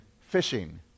fishing